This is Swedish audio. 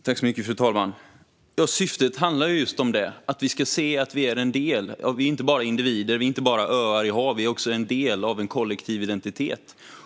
Fru talman! Syftet är att vi ska se att vi är en del. Vi är inte bara individer, vi är inte bara öar i havet, utan vi är en del av en kollektiv identitet.